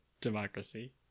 democracy